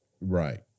Right